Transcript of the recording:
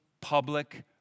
public